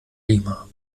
lima